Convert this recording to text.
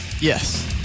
Yes